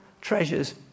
treasures